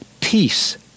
peace